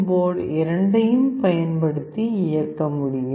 board இரண்டையும் பயன்படுத்தி இயக்க முடியும்